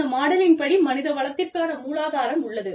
இந்த மாடலின் படி மனித வளத்திற்கான மூலாதாரம் உள்ளது